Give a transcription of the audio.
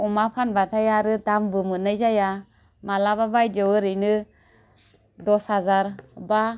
अमा फानबाथाइ आरो दामबो मोन्नाय जाया मालाबा बायदियाव ओरैनो दस हाजार बा